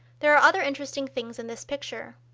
there are other interesting things in this picture.